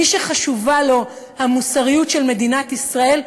מי שחשובה לו המוסריות של מדינת ישראל,